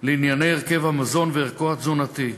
לעניין הרכב המזון וערכו התזונתי.